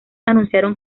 anunciaron